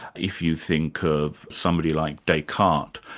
if you think of somebody like descartes,